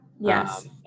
Yes